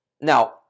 Now